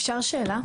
אפשר שאלה.